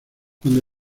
cuando